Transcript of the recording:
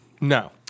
No